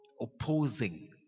opposing